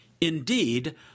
Indeed